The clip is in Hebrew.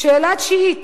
שאלה תשיעית: